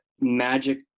magic